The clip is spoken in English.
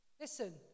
Listen